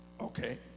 Okay